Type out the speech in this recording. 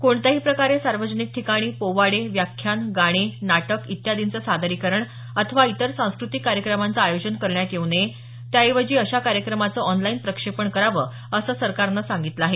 कोणत्याही प्रकारे सार्वजनिक ठिकाणी पोवाडे व्याख्यान गाणे नाटक इत्यादींचं सादरीकरण अथवा इतर सांस्क्रतिक कार्यक्रमांचं आयोजन करण्यात येऊ नये त्याऐवजी अशा कार्यक्रमाचं ऑनलाइन प्रक्षेपण करावं असं सरकारनं सांगितलं आहे